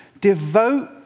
Devote